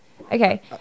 Okay